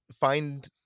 find